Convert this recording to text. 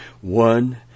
One